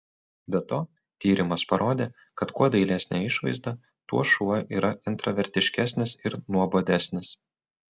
be to tyrimas parodė kad kuo dailesnė išvaizda tuo šuo yra intravertiškesnis ir nuobodesnis